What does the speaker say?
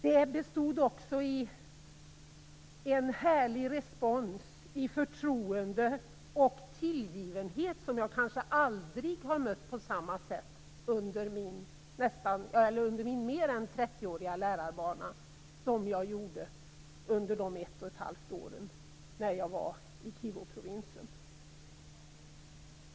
Detta bestod också i en härlig respons och i förtroende och tillgivenhet som jag kanske aldrig har mött på samma sätt under min mer än trettioåriga lärarbana som jag gjorde under 1 1⁄2 år när jag var i Kivuprovinsen.